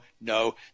no